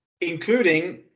Including